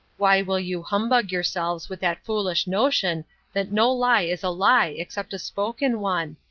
why will you humbug yourselves with that foolish notion that no lie is a lie except a spoken one?